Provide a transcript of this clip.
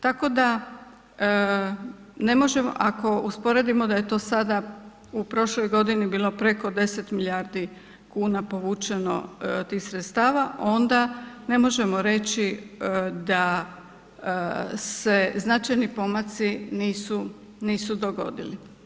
Tako da ne možemo, ako usporedimo da je to sada u prošloj godini bilo preko 10 milijardi kuna povučeno tih sredstava onda ne možemo reći da se značajni pomaci nisu dogodili.